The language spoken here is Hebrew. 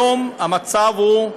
היום המצב הוא,